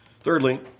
Thirdly